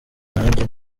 nanjye